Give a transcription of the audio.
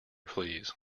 please